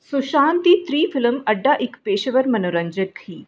सुशांत दी त्री फिल्म अड्डा इक पेशेवर मनोरंजक ही